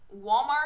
Walmart